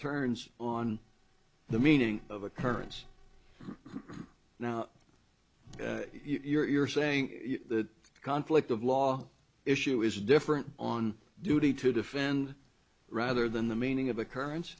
turns on the meaning of occurrence now you're saying the conflict of law issue is different on duty to defend rather than the meaning of occurrence